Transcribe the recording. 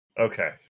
Okay